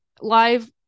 live